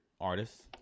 artists